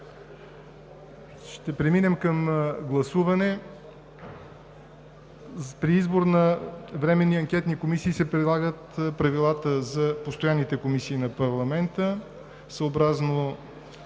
Ще преминем към гласуване. При избор на временни анкетни комисии се прилагат правилата за постоянните комисии на парламента. Съобразно